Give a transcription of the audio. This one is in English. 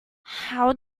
how